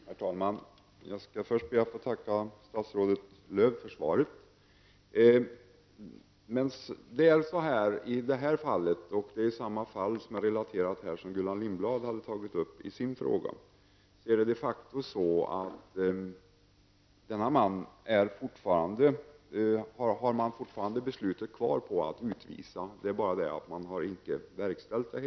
Herr talman! Jag skall först be att få tacka statsrådet Maj-Lis Lööw för svaret. I det här fallet -- i övrigt samma fall som Gullan Lindblad hade tagit upp i sin fråga -- är de facto så att för denne man gäller fortfarande utvisningsbeslutet. Det är bara det att man inte har verkställt det.